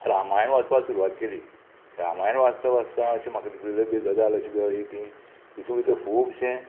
रामायण वाचपाक सुरवात केली रामायण वाचता वाचता अशें म्हाका तितुंतले एक गजाल अशें कळ्ळी की तितू भितर खुबशें